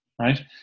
right